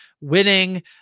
winning